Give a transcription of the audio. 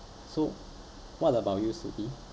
so what about you soo ee